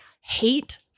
hate